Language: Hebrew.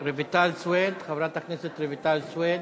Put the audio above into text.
רויטל סויד, חברת הכנסת רויטל סויד.